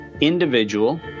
individual